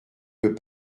peut